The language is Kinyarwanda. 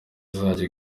izajya